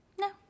No